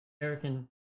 American